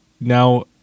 Now